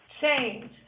change